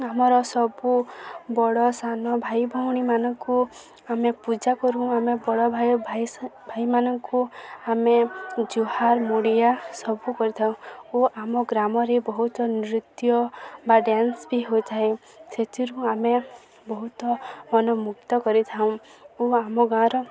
ଆମର ସବୁ ବଡ଼ ସାନ ଭାଇ ଭଉଣୀମାନଙ୍କୁ ଆମେ ପୂଜା କରୁ ଆମେ ବଡ଼ ଭାଇ ଭାଇ ସା ଭାଇମାନଙ୍କୁ ଆମେ ଜୁହାର ମୁଡ଼ିଆ ସବୁ କରିଥାଉ ଓ ଆମ ଗ୍ରାମରେ ବହୁତ ନୃତ୍ୟ ବା ଡ଼୍ୟାନ୍ସ ବି ହୋଇଥାଏ ସେଥିରୁ ଆମେ ବହୁତ ମନ ମୁକ୍ତ କରିଥାଉଁ ଓ ଆମ ଗାଁର